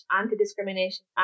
anti-discrimination